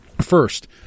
First